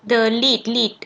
the lead lead